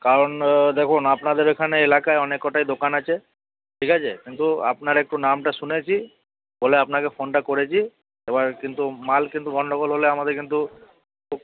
কারণ দেখুন আপনাদের এখানে এলাকায় অনেক কটাই দোকান আছে ঠিক আছে কিন্তু আপনার একটু নামটা শুনেছি বলে আপনাকে ফোনটা করেছি এবার কিন্তু মাল কিন্তু গণ্ডগোল হলে আমাদের কিন্তু খুব